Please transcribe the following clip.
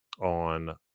on